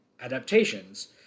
adaptations